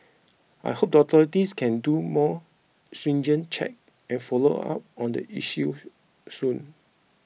I hope the authorities can do more stringent checks and follow up on the issue soon